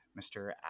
Mr